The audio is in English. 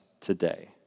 today